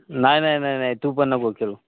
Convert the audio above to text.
नाही नाही नाही नाही तू पण नको खेळू